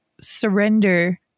surrender